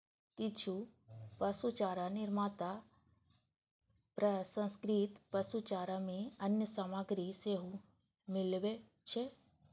किछु पशुचारा निर्माता प्रसंस्कृत पशुचारा मे अन्य सामग्री सेहो मिलबै छै